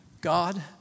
God